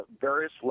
various